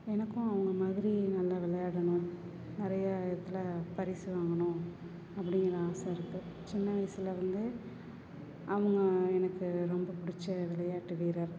எனக்கும் அவங்க மாதிரி நல்லா விளையாடணும் நிறைய இதில் பரிசு வாங்கணும் அப்படிங்கிற ஆசை இருக்குது சின்ன வயசுலேருந்து அவங்க எனக்கு ரொம்ப பிடிச்ச விளையாட்டு வீரர்